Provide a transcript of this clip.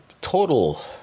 total